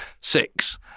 six